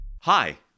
Hi